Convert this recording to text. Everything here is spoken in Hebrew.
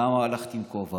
למה הלכת עם כובע,